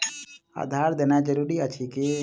आधार देनाय जरूरी अछि की?